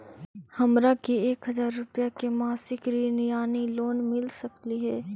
हमरा के एक हजार रुपया के मासिक ऋण यानी लोन मिल सकली हे?